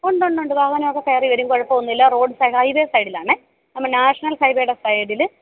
ഉണ്ട് ഉണ്ട് വാഹനമൊക്കെ കയറി വരും കുഴപ്പമൊന്നുമില്ല റോഡ് സൈഡ് ഹൈവേ സൈഡിലാണ് നമ്മുടെ നാഷണൽ ഹൈവേയുടെ സൈഡിൽ